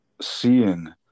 seeing